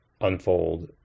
unfold